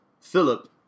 Philip